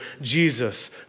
Jesus